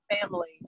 family